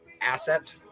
asset